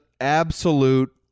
absolute